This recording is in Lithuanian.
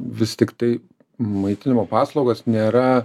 vis tiktai maitinimo paslaugos nėra